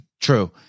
True